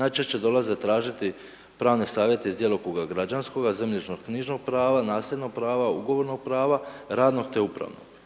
najčešće dolaze tražiti pravne savjete iz djelokruga građanskoga, zemljišno knjižnog prava, nasljednog prava, ugovornog prava, radnog te upravnog.